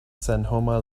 senhoma